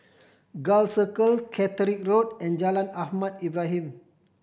Gul Circle Catterick Road and Jalan Ahmad Ibrahim